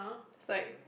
is like